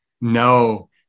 No